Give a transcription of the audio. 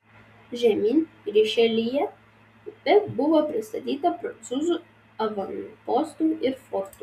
žemyn rišeljė upe buvo pristatyta prancūzų avanpostų ir fortų